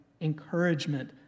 encouragement